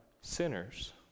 sinners